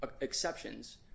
exceptions